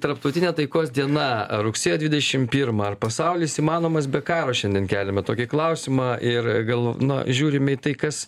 tarptautinė taikos diena rugsėjo dvidešim pirmą ar pasaulis įmanomas be karo šiandien keliame tokį klausimą ir gal nu žiūrime į tai kas